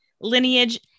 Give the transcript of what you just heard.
lineage